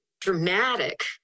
dramatic